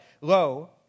lo